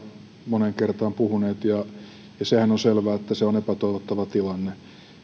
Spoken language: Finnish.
moneen kertaan puhuneet ja sehän on selvää että se on epätoivottava tilanne